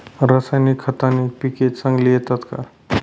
रासायनिक खताने पिके चांगली येतात का?